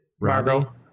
Margot